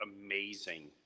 amazing